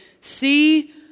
see